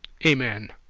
amen.